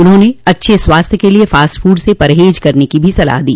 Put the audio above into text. उन्होंने अच्छे स्वास्थ्य के लिये फास्ट फूड से परहेज करने की सलाह दी